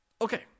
Okay